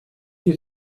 you